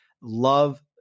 Love